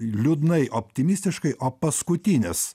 liūdnai optimistiškai o paskutinis